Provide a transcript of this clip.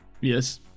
Yes